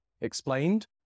explained